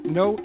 no